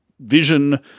Vision